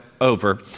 over